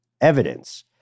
evidence